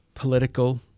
political